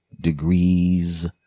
degrees